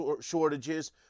shortages